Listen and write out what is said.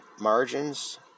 margins